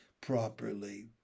properly